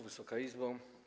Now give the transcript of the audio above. Wysoka Izbo!